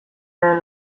lehen